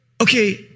okay